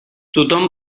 tothom